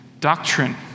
doctrine